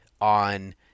on